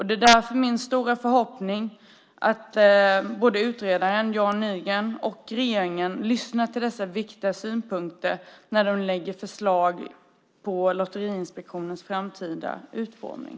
Det är därför min stora förhoppning att både utredaren Jan Nygren och regeringen lyssnar på viktiga synpunkter när förslag läggs fram om Lotteriinspektionens framtida utformning.